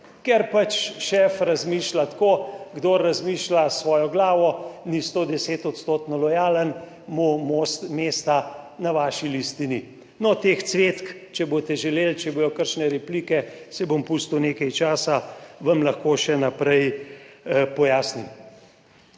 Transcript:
ker pač šef razmišlja tako, kdor razmišlja s svojo glavo, ni 110 odstotno lojalen mu mesta na vaši listi ni. No, teh cvetk, če boste želeli, če bodo kakšne replike, si bom pustil nekaj časa, vam lahko še naprej pojasnim.